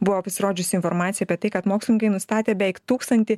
buvo pasirodžiusi informacija apie tai kad mokslininkai nustatė beik tūkstantį